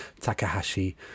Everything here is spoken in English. Takahashi